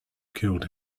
killed